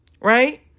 Right